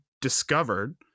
discovered